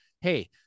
hey